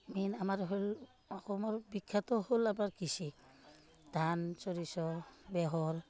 main আমাৰ হ'ল অসমৰ বিখ্যাতটো হ'ল আমাৰ কৃষি ধান সৰিয়হ বেহল